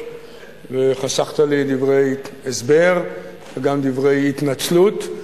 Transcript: וחסכת לי גם דברי הסבר וגם דברי התנצלות.